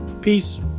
Peace